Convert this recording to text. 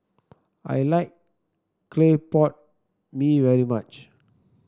I like Clay Pot Mee very much